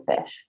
fish